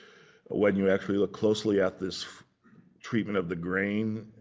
when you actually look closely at this treatment of the grain,